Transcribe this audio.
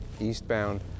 eastbound